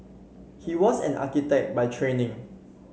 he was an architect by training